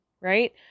right